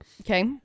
Okay